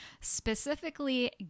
Specifically